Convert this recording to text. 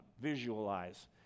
visualize